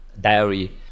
diary